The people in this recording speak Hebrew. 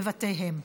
בבתיהם.